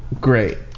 great